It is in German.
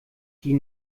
die